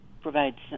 provides